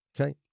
Okay